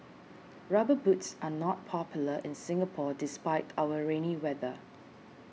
rubber boots are not popular in Singapore despite our rainy weather